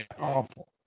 awful